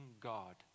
God